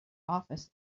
office